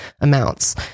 amounts